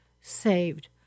saved